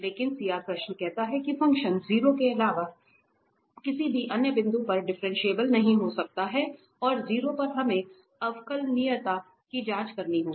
लेकिन CR प्रश्न कहता है कि फ़ंक्शन 0 के अलावा किसी भी अन्य बिन्दु पर डिफरेंशिएबल नहीं हो सकता है और 0 पर हमें अवकलनीयता की जांच करनी होगी